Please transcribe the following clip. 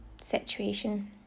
situation